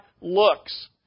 looks